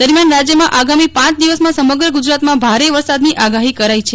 દરમિયાન રાજયમાં આગામી પાંચ દિવસમાં સમગ્ર ગુજરાતમાં ભારે વરસાદની આગાહી કરાઈ છે